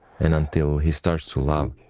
and until he starts to love,